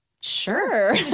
sure